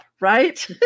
right